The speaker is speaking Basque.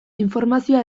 informazioa